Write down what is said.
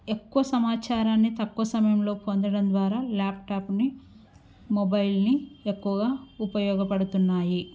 ఎక్కువ సమాచారాన్ని తక్కువ సమయంలో పొందడం ద్వారా ల్యాప్టాప్ మొబైల్ ఎక్కువగా ఉపయోగపడుతున్నాయి